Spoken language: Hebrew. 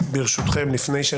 ברשותכם, אני